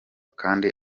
kandi